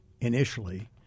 initially